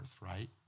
right